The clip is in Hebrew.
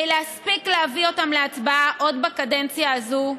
להספיק להביא אותם להצבעה עוד בקדנציה הזו,